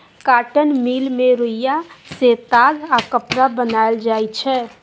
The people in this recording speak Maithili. कॉटन मिल मे रुइया सँ ताग आ कपड़ा बनाएल जाइ छै